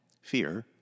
fear